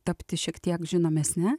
tapti šiek tiek žinomesne